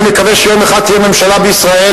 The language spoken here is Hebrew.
אני מקווה שיום אחד תהיה ממשלה בישראל,